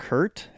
Kurt